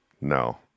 No